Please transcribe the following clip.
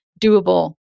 doable